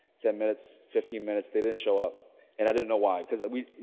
ten minutes, fifteen minutes. they didn't show up and i didn't know why, because i mean